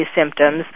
symptoms